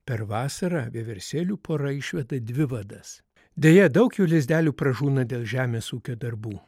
per vasarą vieversėlių pora išveda dvi vadas deja daug jų lizdelių pražūna dėl žemės ūkio darbų